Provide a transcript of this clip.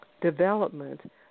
development